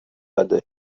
other